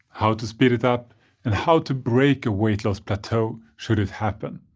how to speed it up and how to break a weight loss plateau should it happened.